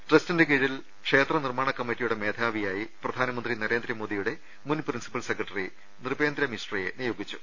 ട്രസ്റ്റിന്റെ കീഴിൽ ക്ഷേത്ര നിർമ്മാണ കമ്മറ്റിയുടെ മേധാവിയായി പ്രധാനമന്ത്രി നരേന്ദ്രമോദിയുടെ മുൻ പ്രിൻസിപ്പൽ സെക്രട്ടറി നൃപേന്ദ്രമിശ്രയെ നിയോഗിച്ചു